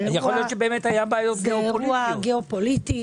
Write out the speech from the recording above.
אולי היו בעיות גיאופוליטיות.